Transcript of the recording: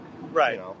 Right